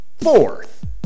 Fourth